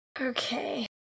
Okay